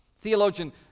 Theologian